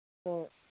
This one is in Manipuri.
ꯍꯣꯏ